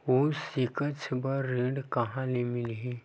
उच्च सिक्छा बर ऋण कहां ले मिलही?